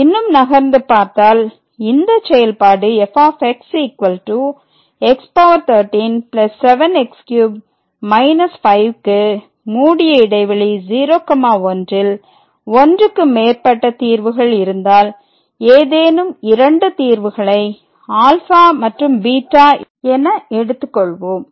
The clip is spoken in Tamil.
இன்னும் நகர்ந்து பார்த்தால் இந்த செயல்பாடு f x13 7 x3 5 க்கு 01 ல் ஒன்றுக்கு மேற்பட்ட தீர்வுகள் இருந்தால் ஏதேனும் 2 தீர்வுகளை ∝ மற்றும் β என எடுத்துக் கொள்வோம்